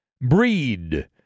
breed